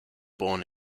born